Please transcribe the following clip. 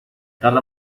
tarda